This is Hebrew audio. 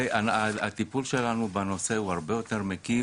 הטיפול שלנו בנושא הוא הרבה יותר מקיף,